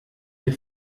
wir